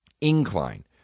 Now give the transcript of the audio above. incline